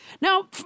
Now